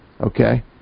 Okay